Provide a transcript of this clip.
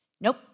Nope